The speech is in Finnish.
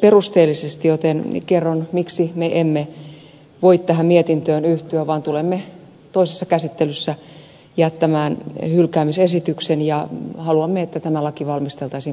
perusteellisesti joten kerron miksi me emme voi tähän mietintöön yhtyä vaan tulemme toisessa käsittelyssä jättämään hylkäämisesityksen ja haluamme että tämä laki valmisteltaisiin kokonaisuudessaan uudelleen